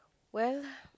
well